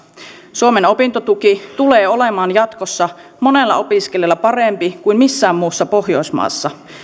suomen opintotuki tulee olemaan jatkossa monella opiskelijalla parempi kuin missään muussa pohjoismaassa